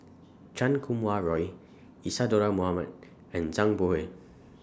Chan Kum Wah Roy Isadhora Mohamed and Zhang Bohe